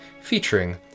featuring